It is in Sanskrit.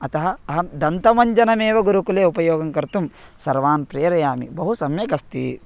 अतः अहं दन्तमञ्जनमेव गुरुकुले उपयोगं कर्तुं सर्वान् प्रेरयामि बहु सम्यहस्ति